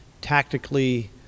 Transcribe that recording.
tactically